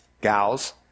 gals